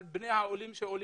על בני העולים שעולים.